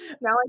now